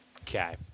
Okay